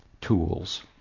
tools